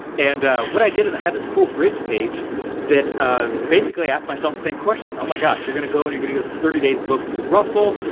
and what i did is, i had this cool bridge page that ah basically asked myself same question, oh my gosh, you're gonna go and you're gonna get this thirty days book through russell,